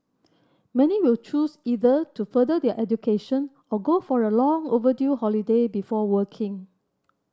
many will choose either to further their education or go for a long overdue holiday before working